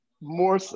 more